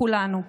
לכולנו,